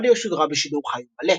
אך ברדיו היא שודרה בשידור חי ומלא.